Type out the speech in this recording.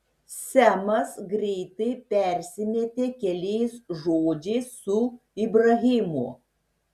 semas greitai persimetė keliais žodžiais su ibrahimu